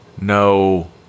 no